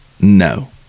no